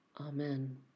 Amen